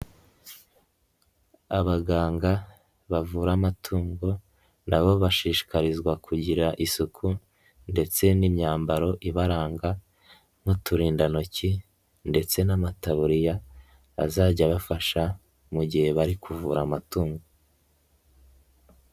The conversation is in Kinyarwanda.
Abaganga bavura amatungo na bo bashishikarizwa kugira isuku ndetse n'imyambaro ibaranga n'uturindantoki ndetse n'amataburiya azajya abafasha mu gihe bari kuvura amatungo.